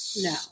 No